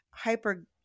hyper